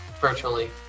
virtually